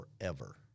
forever